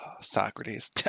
Socrates